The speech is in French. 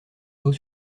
tôt